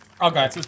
Okay